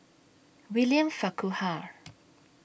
William Farquhar